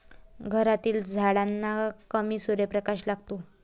घरातील झाडांना कमी सूर्यप्रकाश लागतो